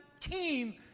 team